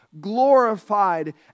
glorified